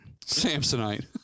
Samsonite